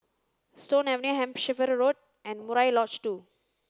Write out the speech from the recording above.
Stone Avenue Hampshire Road and Murai LodgeTwo